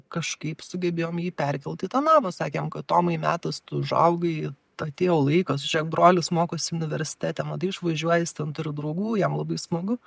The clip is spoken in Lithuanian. kažkaip sugebėjom jį perkelt į tą namą sakėm kad tomai metas tu užaugai atėjo laikas žiūrėk brolis mokosi universitete matai išvažiuoja jis ten turi draugų jam labai smagu